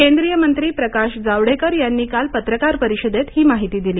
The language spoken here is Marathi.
केंद्रीय मंत्री प्रकाश जावडेकर यांनी काल पत्रकार परिषदेत ही माहिती दिली